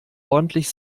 ordentlich